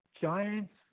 giants